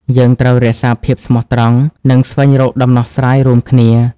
យើងត្រូវរក្សាភាពស្មោះត្រង់ និងស្វែងរកដំណោះស្រាយរួមគ្នា។